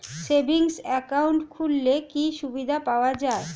Savings account খুললে কি সুবিধা পাওয়া যায়?